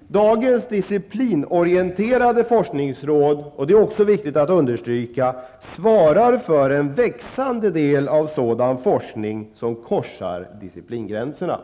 Dagens disciplinorienterade forskningsråd -- det är också viktigt att understryka -- svarar för en växande del av sådan forskning som korsar disciplingränserna.